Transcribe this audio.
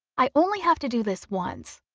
i only have to do this once.